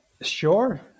Sure